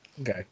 okay